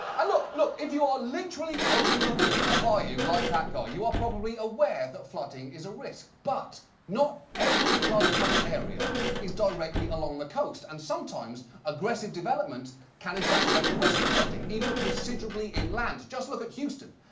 look, look. if you are literally overlooking a bayou like that guy you are probably aware that flooding is a risk. but not every flood-prone area is directly along the coast, and sometimes aggressive development can exacerbate the risk of flooding, even considerably inland. just look at houston,